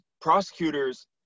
prosecutors